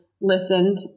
listened